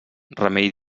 remei